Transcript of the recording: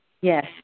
Yes